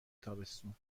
تابستون